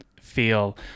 feel